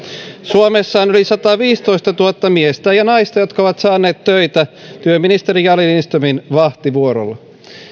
suomessa on yli sataviisitoistatuhatta miestä ja naista jotka ovat saaneet töitä työministeri jari lindströmin vahtivuorolla